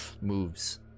moves